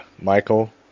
Michael